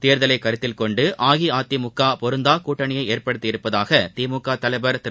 தேர்தலை கருத்தில்கொண்டு அஇஅதிமுக பொருந்தா கூட்டணியை ஏற்படுத்தியுள்ளதாக திமுக தலைவர் திரு